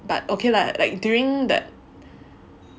but okay lah like during that